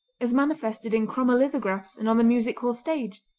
as manifested in chromolithographs and on the music-hall stage.